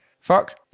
Fuck